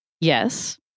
Yes